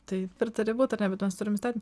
taip ir turi būt ar ne bet mes turim įstat